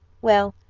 well,